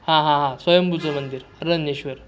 हां हां हां स्वयंभूचं मंदिर अरण्येश्वर